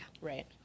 right